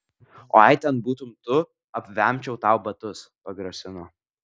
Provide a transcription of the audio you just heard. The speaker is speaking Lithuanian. o jei ten būtum tu apvemčiau tau batus pagrasino